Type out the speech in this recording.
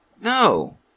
No